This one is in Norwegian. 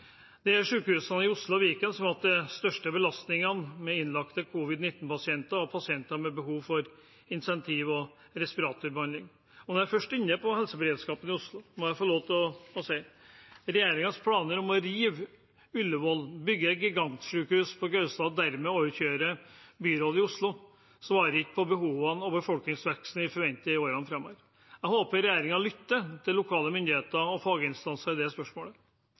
Det er sykehusene i Oslo og Viken som har hatt de største belastningene med innlagte covid-19-pasienter og pasienter med behov for intensiv- og respiratorbehandling. Når jeg først er inne på helseberedskapen i Oslo, må jeg få lov til å si: Regjeringens planer om å rive Ullevål og bygge et gigantsykehus på Gaustad – og dermed overkjøre byrådet i Oslo – svarer ikke på behovene og befolkningsveksten vi forventer i årene framover. Jeg håper regjeringen lytter til lokale myndigheter og faginstanser i det spørsmålet.